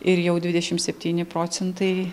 ir jau dvidešim septyni procentai